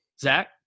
zach